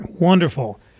Wonderful